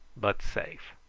but safe.